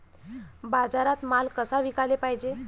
बाजारात माल कसा विकाले पायजे?